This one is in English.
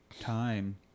Time